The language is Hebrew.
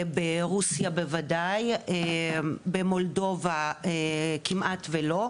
ברוסיה בוודאי, במולדובה כמעט ולא,